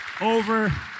over